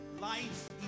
life